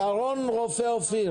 ח"כ שרון רופא אופיר